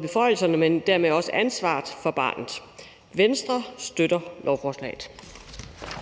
beføjelserne og dermed også ansvaret for barnet. Venstre støtter lovforslaget.